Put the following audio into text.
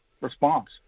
response